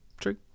True